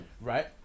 right